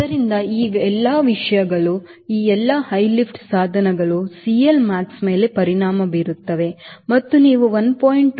ಆದ್ದರಿಂದ ಈ ಎಲ್ಲಾ ವಿಷಯಗಳು ಈ ಎಲ್ಲಾ ಹೈ ಲಿಫ್ಟ್ ಸಾಧನಗಳು CLmax ಮೇಲೆ ಪರಿಣಾಮ ಬೀರುತ್ತವೆ ಮತ್ತು ನೀವು 1